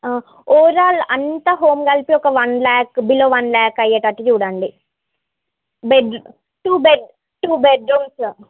overall అంతా home కలిపి ఒక one lakh below one lakh అయ్యేటట్టు చూడండి బెడ్ల్ two bed two bed rooms